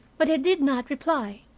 but he did not reply.